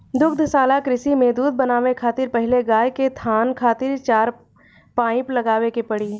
दुग्धशाला कृषि में दूध बनावे खातिर पहिले गाय के थान खातिर चार पाइप लगावे के पड़ी